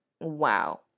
wow